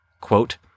quote